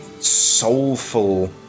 soulful